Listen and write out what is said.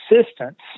assistance